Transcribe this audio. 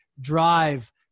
drive